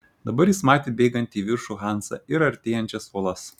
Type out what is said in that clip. dabar jis matė bėgantį į viršų hansą ir artėjančias uolas